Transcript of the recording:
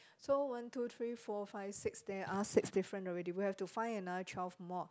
so one two three four five six there are six different already we have to find another twelve more